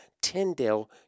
Tyndale